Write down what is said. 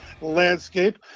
landscape